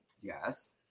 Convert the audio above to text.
Yes